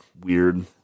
weird